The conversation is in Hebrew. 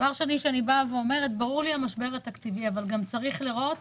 ברור לי המשבר התקציבי, אבל גם צריך לראות